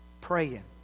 praying